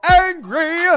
angry